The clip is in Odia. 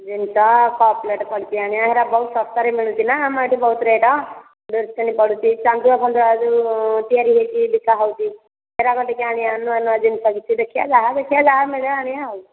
ଜିନିଷ କପ୍ ପ୍ଳେଟ୍ ପଡ଼ିଛି ଆଣିବା ସେଇଟା ବହୁତ ଶସ୍ତାରେ ମିଳୁଛି ନା ଆମର ଏଇଠି ବହୁତ ରେଟ୍ ବେଡ଼୍ସିଟ୍ ପଡ଼ିଛି ଚାନ୍ଦୁଆ ଫାନ୍ଦୁଆ ଯେଉଁ ତିଆରି ହୋଇକି ବିକା ହେଉଛି ସେଯାକ ଟିକିଏ ଆଣିବା ନୂଆ ନୂଆ ଜିନିଷ କିଛି ଦେଖିବା ଯାହା ଦେଖିବା ଯାହା ମିଳିବ ଆଣିବା ଆଉ